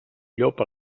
llop